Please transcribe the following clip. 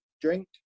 drink